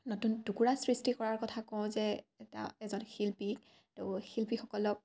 নতুন টুকুৰা সৃষ্টি কৰাৰ কথা কওঁ যে এটা এজন শিল্পী ত' শিল্পীসকলক